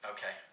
Okay